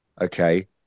okay